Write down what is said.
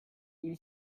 hil